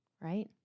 right